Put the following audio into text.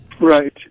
Right